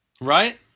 Right